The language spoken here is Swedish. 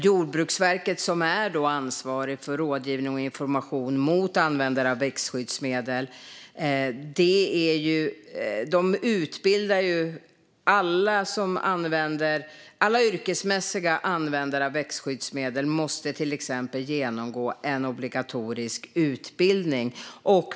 Jordbruksverket, som är ansvarigt för rådgivning och information till användare av växtskyddsmedel, har också utbildning. Alla yrkesmässiga användare av växtskyddsmedel måste till exempel genomgå en obligatorisk utbildning.